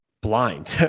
blind